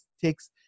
takes